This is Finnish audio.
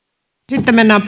sitten mennään